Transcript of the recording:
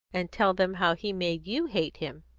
and tell them how he made you hate him.